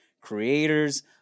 Creators